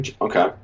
Okay